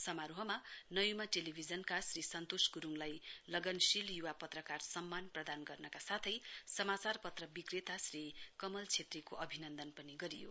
समारोहमा नयूमा टेलीभिजनका श्री सन्तोष ग्रूडलाई लगनशील य्वा पक्षकार सम्मान प्रदान गर्नका साथै समाचार पत्र विक्रेता कमल छेत्रीलाई अभिनन्दन गरियो